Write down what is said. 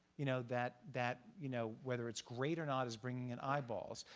you know that that you know whether it's great or not is bringing in eyeballs,